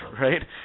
right